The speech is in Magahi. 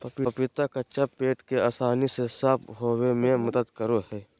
पपीता कच्चा पेट के आसानी से साफ होबे में मदद करा हइ